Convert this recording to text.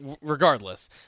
Regardless